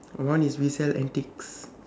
my one is resell antiques